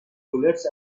bullets